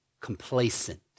complacent